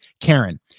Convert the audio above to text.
Karen